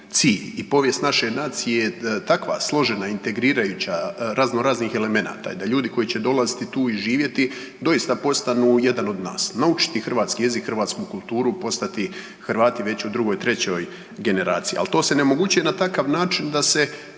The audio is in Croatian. i povijest naše nacije je da takva složena integrirajuća razno raznih elemenata i da ljudi koji će dolaziti tu i živjeti doista postanu jedan od nas, naučiti hrvatski jezik, hrvatsku kulturu, postati Hrvati već u drugoj, trećoj generaciji. Al to se ne omogućuje na takav način da se